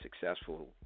successful